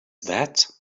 that